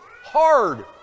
Hard